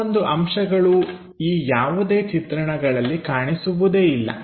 ಕೆಲವೊಂದು ಅಂಶಗಳು ಈ ಯಾವುದೇ ಚಿತ್ರಣಗಳಲ್ಲಿ ಕಾಣಿಸುವುದೇ ಇಲ್ಲ